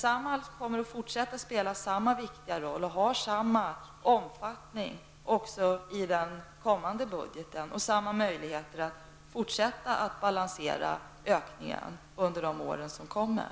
Samhall kommer att fortsätta att spela samma viktiga roll och har samma omfattning också i den kommande budgeten och därmed också möjligheter att fortsätta att balansera ökningen under de år som kommer.